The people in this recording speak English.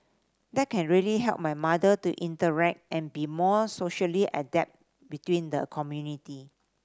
that can really help my mother to interact and be more socially adept within the community